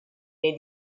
nei